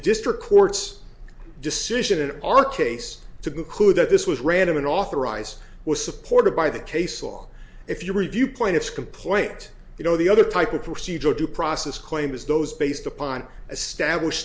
district court's decision in our case to conclude that this was random and authorized was supported by the case law if you review point it's complaint you know the other type of procedural due process claim is those based upon establish